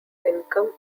income